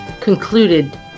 concluded